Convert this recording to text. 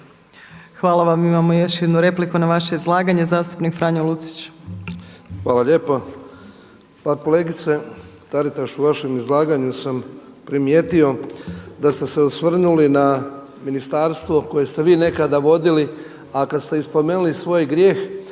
Hvala vam. Imamo još jednu repliku na vaše izlaganje. Zastupnik Franjo Lucić. **Lucić, Franjo (HDZ)** Hvala lijepo. Pa kolegice Taritaš u vašem izlaganju sam primijetio da ste se osvrnuli na ministarstvo koje ste vi nekada vodili, a kada ste i spomenuli svoj grijeh,